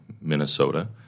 Minnesota